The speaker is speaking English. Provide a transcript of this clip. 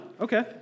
Okay